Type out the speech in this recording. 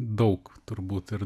daug turbūt ir